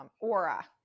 aura